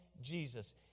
Jesus